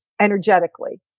energetically